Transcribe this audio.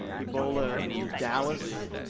ah ebola in dallas,